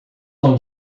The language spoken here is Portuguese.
não